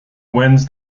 wins